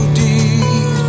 deep